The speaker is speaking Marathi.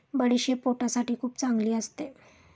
बडीशेप पोटासाठी खूप चांगली असते